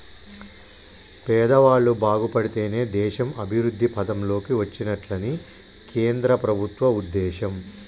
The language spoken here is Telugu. పేదవాళ్ళు బాగుపడితేనే దేశం అభివృద్ధి పథం లోకి వచ్చినట్లని కేంద్ర ప్రభుత్వం ఉద్దేశం